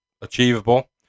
achievable